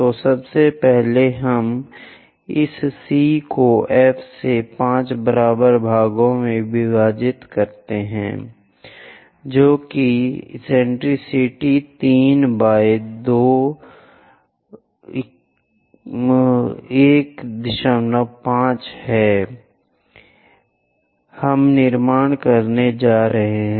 तो सबसे पहले हम इस C को F से 5 बराबर भागों में विभाजित करते हैं जो कि सनकी 3 बाई 2 15 है हम निर्माण करने जा रहे हैं